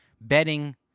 betting